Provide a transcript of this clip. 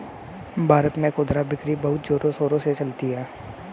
भारत में खुदरा बिक्री बहुत जोरों शोरों से चलती है